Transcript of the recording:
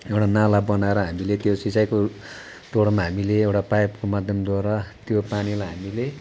एउटा नाला बनाएर त्यो सिँचाइको तौरमा हामीले एउटा पाइपको माध्यमद्वारा त्यो पानीलाई हामीले